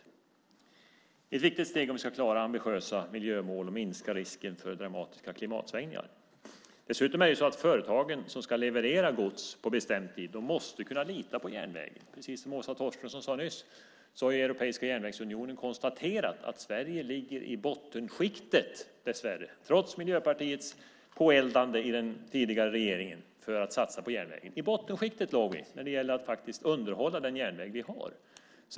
Det är ett viktigt steg om vi ska klara ambitiösa miljömål och minska risken för dramatiska klimatsvängningar. Företagen som ska leverera gods på bestämd tid måste kunna lita på järnvägen. Precis som Åsa Torstensson sade nyss har den europeiska järnvägsunionen konstaterat att Sverige ligger i bottenskiktet - dessvärre - trots Miljöpartiets påeldande i den tidigare regeringen för att satsa på järnvägen. Vi låg i bottenskiktet när det gäller att underhålla den järnväg vi har.